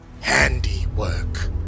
handiwork